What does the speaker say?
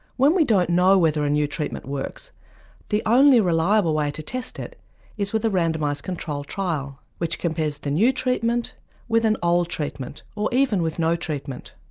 when we don't know whether a new treatment works the only reliable way to test it is with a randomised controlled trial, which compares the new treatment with an old treatment, or even with no treatment.